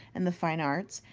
and the fine arts.